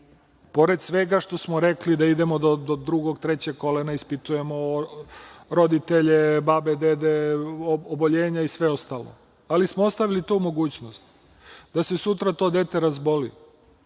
pored svega što smo rekli da idemo do drugog, trećeg kolena, ispitujemo roditelje, babe, dede, oboljenja i sve ostalo, ali smo ostavili tu mogućnost da se sutra to dete razboli,